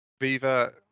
Viva